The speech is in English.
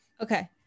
Okay